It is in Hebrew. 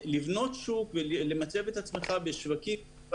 לבנות שוק ולמצב את עצמך בשווקים,